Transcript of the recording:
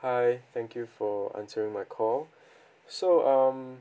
hi thank you for answering my call so um